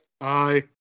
Aye